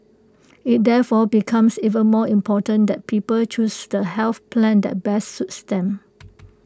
IT therefore becomes even more important that people choose the health plan that best suits them